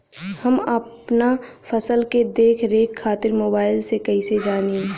हम अपना फसल के देख रेख खातिर मोबाइल से कइसे जानी?